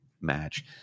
match